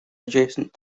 adjacent